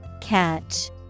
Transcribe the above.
Catch